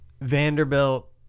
Vanderbilt